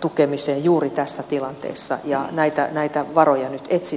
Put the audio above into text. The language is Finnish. tukemiseen juuri tässä tilanteessa ja näitä varoja nyt etsitään